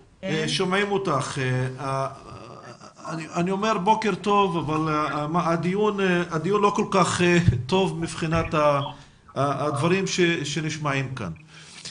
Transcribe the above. אני אומר בוקר טוב אבל הדיון לא כל כך טוב מבחינת הדברים שנשמעים כאן.